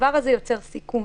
הדבר הזה יוצר סיכון.